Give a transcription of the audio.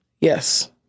Yes